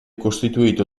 costituito